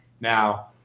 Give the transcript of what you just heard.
Now